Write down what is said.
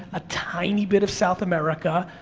a tiny bit of south america,